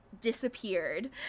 disappeared